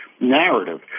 narrative